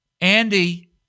Andy